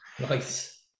Nice